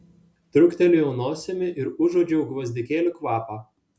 truktelėjau nosimi ir užuodžiau gvazdikėlių kvapą